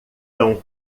tão